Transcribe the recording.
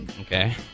Okay